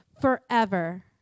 forever